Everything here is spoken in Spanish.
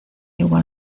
igual